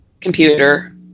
computer